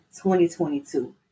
2022